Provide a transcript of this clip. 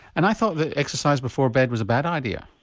and i thought that exercise before bed was a bad idea?